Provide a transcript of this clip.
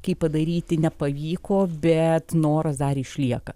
kaip padaryti nepavyko bet noras dar išlieka